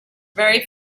very